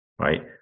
right